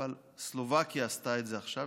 אבל סלובקיה עשתה את זה עכשיו,